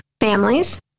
families